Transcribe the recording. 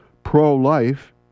pro-life